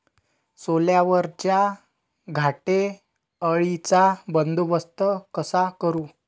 सोल्यावरच्या घाटे अळीचा बंदोबस्त कसा करू?